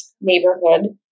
neighborhood